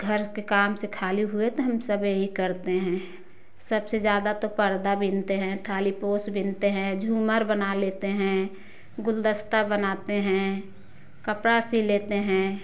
घर के काम से खाली हुए तो हम सभी यही करते हैं सबसे ज़्यादा तो पर्दा बिनते हैं खाली पोस्ट बिनते हैं झूमर बना लेते हैं गुलदस्ता बनाते हैं कपड़ा सिल लेते हैं